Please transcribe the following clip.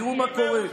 תראו מה קורה.